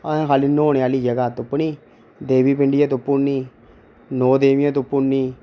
अहें खाली न्हौने आह्ली जगह् तुप्पनी देवी पिंडियां तुप्पुड़ी नि नौ देविया तुप्पुड़ी नि